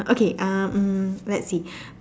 okay uh mm let's see